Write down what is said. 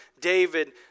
David